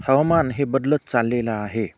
हवामान हे बदलत चाललेलं आहे